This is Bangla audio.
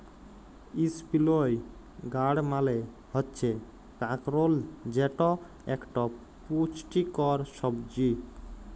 ইসপিলই গাড় মালে হচ্যে কাঁকরোল যেট একট পুচটিকর ছবজি